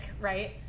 right